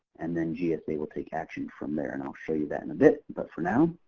and then gsa will take action from there. and i'll show you that in a bit. but for now,